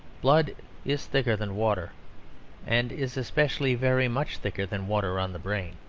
blood is thicker than water and is especially very much thicker than water on the brain.